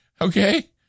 Okay